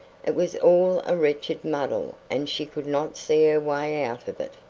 it was all a wretched muddle and she could not see her way out of it.